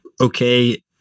okay